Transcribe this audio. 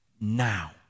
now